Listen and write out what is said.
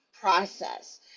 process